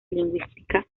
lingüística